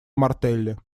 мартелли